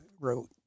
wrote